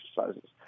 exercises